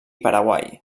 paraguai